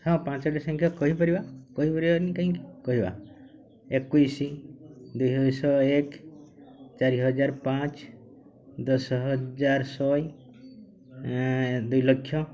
ହଁ ପାଞ୍ଚଟି ସଂଖ୍ୟା କହିପାରିବା କହିପାରିବାନି କାହିଁକି କହିବା ଏକୋଇଶି ଦୁଇଶହ ଏକ ଚାରି ହଜାର ପାଞ୍ଚ ଦଶ ହଜାର ଶହେ ଦୁଇ ଲକ୍ଷ